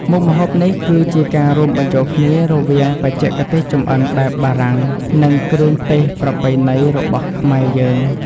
មុខម្ហូបនេះគឺជាការរួមបញ្ចូលគ្នារវាងបច្ចេកទេសចម្អិនបែបបារាំងនិងគ្រឿងទេសប្រពៃណីរបស់ខ្មែរយើង។